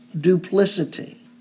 duplicity